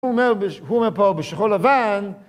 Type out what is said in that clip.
הוא אומר, הוא אומר פה בשחור לבן...